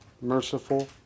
merciful